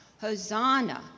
Hosanna